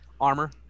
armor